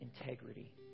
integrity